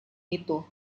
itu